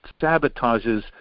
sabotages